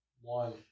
one